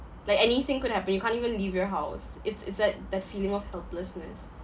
like anything could happen you can't even leave your house it's it's that that feeling of helplessness